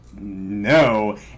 no